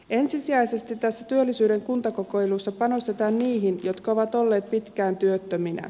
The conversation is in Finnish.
ensisijaisesti tässä työllisyyden kuntakokeilussa panostetaan niihin jotka ovat olleet pitkään työttöminä